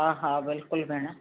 हा हा बिल्कुलु भेण